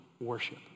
worship